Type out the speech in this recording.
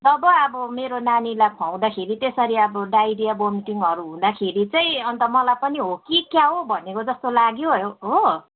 जब अब मेरो नानीलाई खुवाउँदाखेरि त्यसरी अब डाइरिया भमिटिङहरू हुँदाखेरि चाहिँ अन्त मलाई पनि हो कि क्या हौ भनेको जस्तो लाग्यो हो